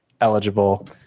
eligible